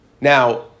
Now